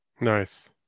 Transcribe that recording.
nice